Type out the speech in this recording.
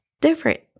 different